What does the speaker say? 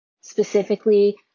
Specifically